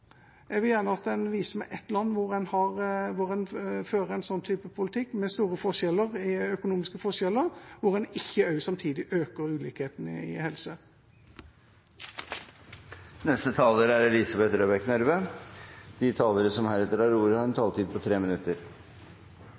Jeg vil gjerne at man viser meg ett land hvor man fører en sånn type politikk med store økonomiske forskjeller, hvor man ikke også samtidig øker ulikhetene i helse. De talere som heretter får ordet, har en taletid på inntil 3 minutter.